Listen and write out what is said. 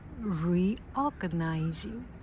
reorganizing